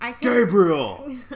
Gabriel